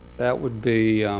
that would be